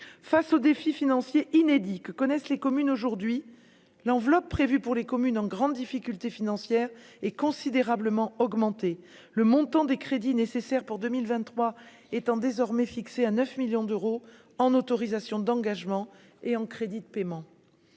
face au défi financier inédit que connaissent les communes aujourd'hui l'enveloppe prévue pour les communes en grande difficulté financière et considérablement augmenter le montant des crédits nécessaires pour 2023 étant désormais fixé à 9 millions d'euros en autorisations d'engagement et en crédits de paiement,